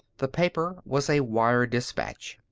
the paper was a wire dispatch.